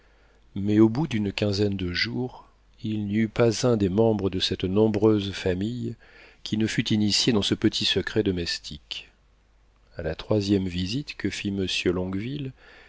mais au bout d'une quinzaine de jours il n'y eut pas un des membres de cette nombreuse famille qui ne fût initié dans ce petit secret domestique a la troisième visite que fit